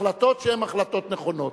החלטות שהן החלטות נכונות.